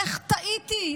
איך טעיתי,